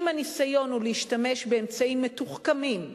אם הניסיון הוא להשתמש באמצעים מתוחכמים,